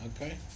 Okay